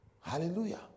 Hallelujah